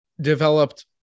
developed